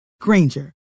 Granger